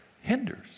hinders